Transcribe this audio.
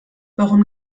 warum